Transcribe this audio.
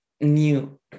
new